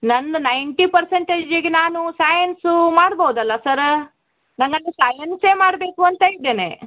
ನಂದು ನೈನ್ಟಿ ಪ್ರಸೆಂಟೇಜಿಗೆ ನಾನು ಸಯನ್ಸು ಮಾಡ್ಬಹುದಲ್ಲ ಸರಾ ನಂಗಾದರೆ ಸಯನ್ಸೇ ಮಾಡಬೇಕು ಅಂತ ಇದ್ದೇನೆ